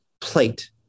plate